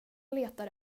letar